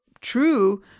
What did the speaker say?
true